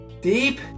deep